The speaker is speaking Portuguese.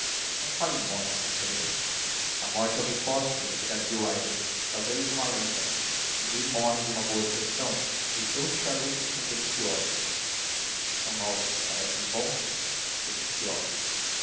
não fale em morte conselheiro a morte é uma hipótese redarguiu aires talvez uma lenda ninguém morre de uma boa digestão e os seus charutos são deliciosos estes são novos parecem lhe bons deliciosos